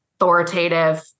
authoritative